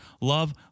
Love